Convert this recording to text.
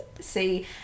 see